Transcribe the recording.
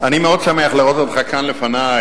אני מאוד שמח לראות אותך כאן לפני,